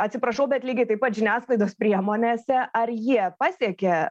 atsiprašau bet lygiai taip pat žiniasklaidos priemonėse ar jie pasiekė